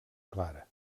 clara